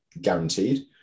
guaranteed